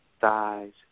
thighs